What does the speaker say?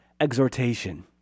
exhortation